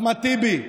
טיבי.